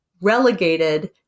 relegated